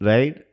Right